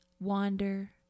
wander